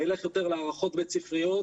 נלך יותר להערכות בית-ספריות,